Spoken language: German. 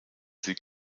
sie